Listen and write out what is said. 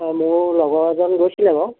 অঁ মোৰ লগৰ এজন গৈছিলে বাৰু